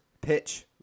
pitch